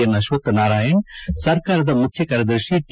ಎನ್ಆಶ್ವಥ್ ನಾರಾಯಣ್ ಸರ್ಕಾರದ ಮುಖ್ಯ ಕಾರ್ಯದರ್ಶಿ ಟಿ